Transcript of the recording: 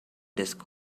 desk